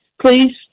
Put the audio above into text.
Please